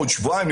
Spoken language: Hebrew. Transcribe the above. עוד שבועיים,